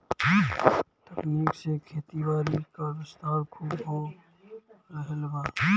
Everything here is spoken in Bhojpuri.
तकनीक से खेतीबारी क विस्तार खूब हो रहल बा